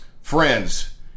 Friends